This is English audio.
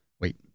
Wait